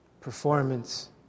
performance